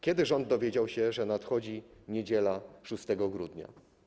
Kiedy rząd dowiedział się, że nadchodzi niedziela 6 grudnia?